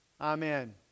amen